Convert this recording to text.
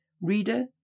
Reader